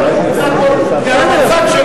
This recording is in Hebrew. השר,